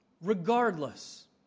regardless